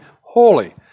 holy